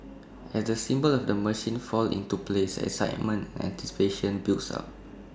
as the symbols of the machine fall into place excitement anticipation builds up